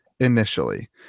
Initially